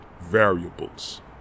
variables